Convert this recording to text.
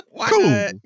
cool